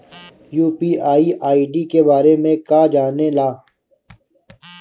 UPI ID के बारे में का जाने ल?